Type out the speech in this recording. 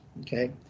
Okay